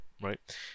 right